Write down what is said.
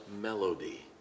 melody